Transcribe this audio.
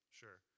sure